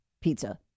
pizza